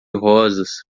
rosas